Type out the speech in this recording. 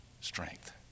strength